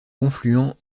confluent